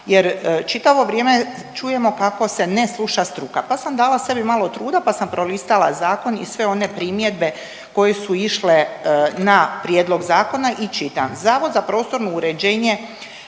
jer čitavo vrijeme čujemo kako se ne sluša struka, pa sam dala sebi malo truda pa sam prolistala zakon i sve one primjedbe koje su išle na prijedlog zakona i čitam.